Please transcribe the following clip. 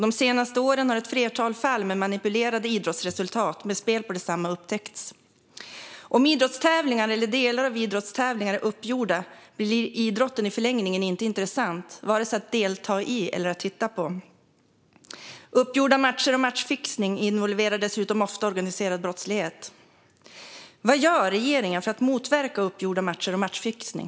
De senaste åren har ett flertal fall med manipulerade idrottsresultat med spel på desamma upptäckts. Om idrottstävlingar eller delar av idrottstävlingar är uppgjorda blir idrotten i förlängningen inte intressant att vare sig delta i eller titta på. Uppgjorda matcher och matchfixning involverar dessutom ofta organiserad brottslighet. Vad gör regeringen för att motverka uppgjorda matcher och matchfixning?